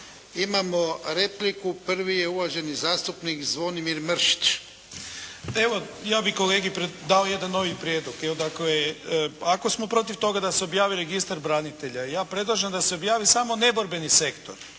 Imamo repliku. Prvi je uvaženi zastupnik Zvonimir Mršić. **Mršić, Zvonimir (SDP)** Evo ja bih kolegi dao jedan novi prijedlog. Ako smo protiv toga da se objavi registar branitelja, ja predlažem da se objavi samo neborbeni sektor,